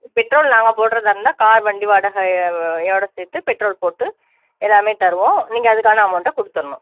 petrol நாங்கள் போட்டுறதா இருந்தால் கார் வண்டி வாடகை யோடு சேர்த்து பெட்ரோல் போட்டு எல்லாமே தருவோம் நீங்கள் அதுக்கான அமௌன்ட்டை கொடுத்துட்ணும்